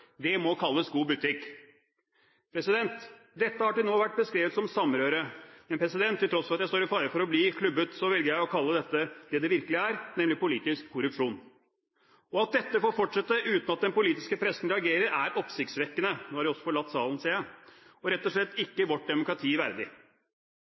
Det må kalles god butikk! Dette har til nå vært beskrevet som samrøre, men, president, til tross for at jeg står i fare for å bli klubbet, velger jeg å kalle dette det det virkelig er, nemlig politisk korrupsjon. At dette får fortsette uten at den politiske pressen reagerer, er oppsiktsvekkende – nå har de også forlatt salen, ser jeg – og rett og slett